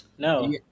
No